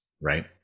right